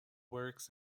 works